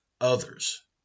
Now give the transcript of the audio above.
others